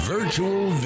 Virtual